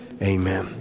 Amen